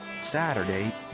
Saturday